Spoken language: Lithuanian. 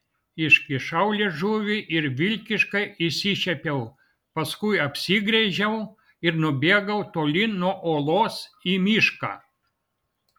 iškišau liežuvį ir vilkiškai išsišiepiau paskui apsigręžiau ir nubėgau tolyn nuo olos į mišką